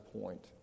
point